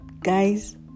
guys